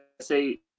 say